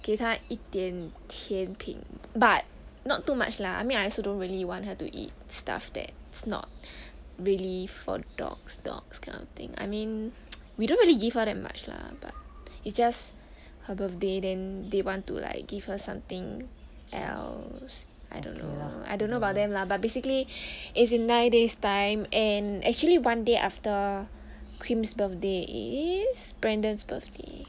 给它一点甜品 but not too much lah I mean I also don't really want her to eat stuff that it's not really for dogs dogs kind of thing I mean we don't really give her that much lah but it's just her birthday then they want to like give her something els~ I don't know I don't know about them lah but basically is in nine days time and actually one day after cream's birthday is brandon's birthday